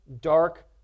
dark